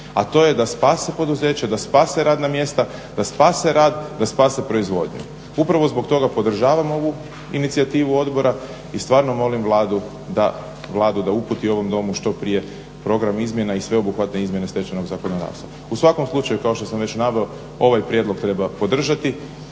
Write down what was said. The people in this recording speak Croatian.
a to je da spase poduzeća da spase radna mjesta da spase rad da spase proizvodnju. Upravo zbog toga podržavam ovu inicijativu odbora i stvarno molim Vladu da uputi ovom Domu što prije program izmjena i sveobuhvatne izmjene stečajnog zakonodavstva. U svakom slučaju kao što sam već naveo ovaj prijedlog treba podržati